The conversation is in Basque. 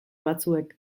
batzuek